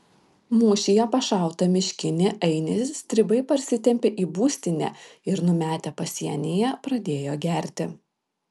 mūšyje pašautą miškinį ainį stribai parsitempė į būstinę ir numetę pasienyje pradėjo gerti